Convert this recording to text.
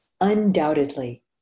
Undoubtedly